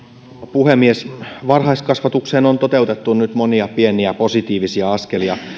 puhemies varhaiskasvatukseen on toteutettu nyt monia pieniä positiivisia askelia